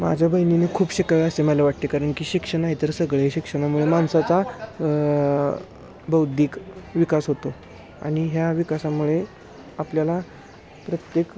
माझ्या बहिणींनी खूप शिकावे असे मला वाटते कारण की शिक्षण हे इतर सगळे शिक्षणामुळे माणसाचा बौद्धिक विकास होतो आणि ह्या विकासामुळे आपल्याला प्रत्येक